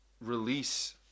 release